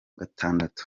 gatandatu